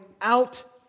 out